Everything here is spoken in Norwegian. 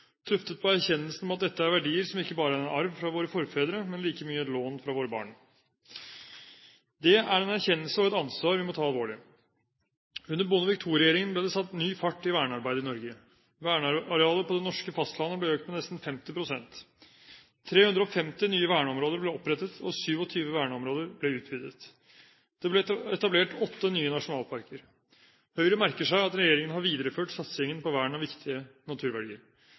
tuftet på erkjennelsen om at dette er verdier som ikke bare er en arv fra våre forfedre, men like mye et lån fra våre barn. Det er en erkjennelse og et ansvar vi må ta alvorlig. Under Bondevik II-regjeringen ble det satt ny fart i vernearbeidet i Norge. Vernearealet på det norske fastlandet ble økt med nesten 50 pst. 350 nye verneområder ble opprettet, og 27 verneområder ble utvidet. Det ble etablert åtte nye nasjonalparker. Høyre merker seg at regjeringen har videreført satsingen på vern av viktige